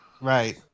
Right